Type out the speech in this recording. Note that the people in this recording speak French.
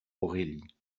aurélie